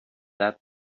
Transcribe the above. that